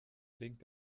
blinkt